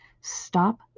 Stop